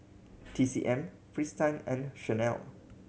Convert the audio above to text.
T C M Fristine and Chanel